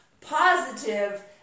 positive